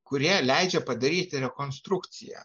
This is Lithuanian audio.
kurie leidžia padaryti rekonstrukciją